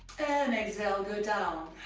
and exhale, go down.